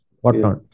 whatnot